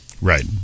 Right